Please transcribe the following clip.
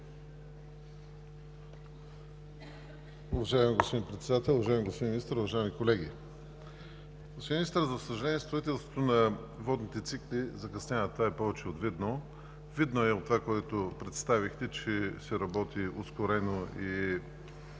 Уважаеми господин Председател, уважаеми господин Министър, уважаеми колеги! Господин Министър, за съжаление, строителството на водните цикли закъснява – това е повече от видно. Видно от това, което представихте, е, че се работи ускорено и